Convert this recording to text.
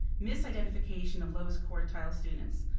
misidentification of lowest quartile students,